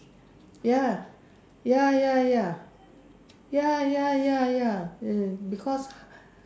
ya ya ya ya ya ya ya ya as in because